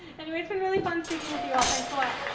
anyway, it's been really fun speaking with you all. thanks a lot.